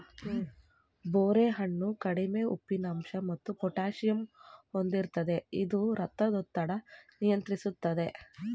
ಬೋರೆ ಹಣ್ಣು ಕಡಿಮೆ ಉಪ್ಪಿನಂಶ ಮತ್ತು ಪೊಟ್ಯಾಸಿಯಮ್ ಹೊಂದಿರ್ತದೆ ಇದು ರಕ್ತದೊತ್ತಡ ನಿಯಂತ್ರಿಸ್ತದೆ